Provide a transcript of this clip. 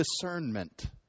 discernment